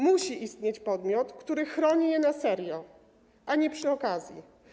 Musi istnieć podmiot, który chroni je na serio, a nie przy okazji.